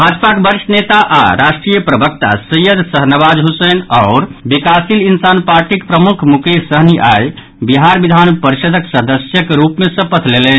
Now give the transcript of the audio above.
भाजपाक वरिष्ठ नेता आओर राष्ट्रीय प्रवक्ता सैयद शाहनवाज हुसैन आओर विकासशील इंसान पार्टीक प्रमुख मुकेश सहनी आइ बिहार विधान परिषदक सदस्यक रूप मे शपथ लेलनि